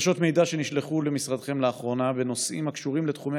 בקשות מידע שנשלחו למשרדכם לאחרונה בנושאים הקשורים לתחומי